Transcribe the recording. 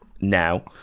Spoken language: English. now